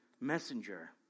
messenger